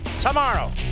tomorrow